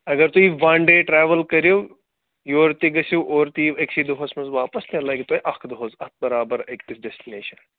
اگر تُہۍ one day travel کٔرِو یورٕ تہِ گٔژھِو اورٕ تہِ یِیِو أکۍسٕے دۄہَس منٛز واپَس تیٚلہِ لَگہِ تۄہہِ اَکھ دۄہ حظ اَتھ برابر أکِس ڈٮ۪سٹِنیشَن